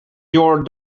your